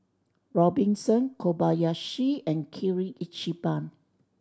Robinson Kobayashi and Kirin Ichiban